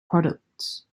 products